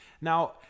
now